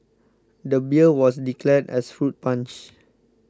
the beer was declared as fruit punch